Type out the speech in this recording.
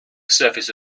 surface